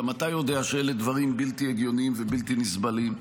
גם אתה יודע שאלה דברים בלתי הגיוניים ובלתי נסבלים.